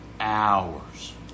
hours